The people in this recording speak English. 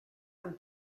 and